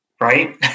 Right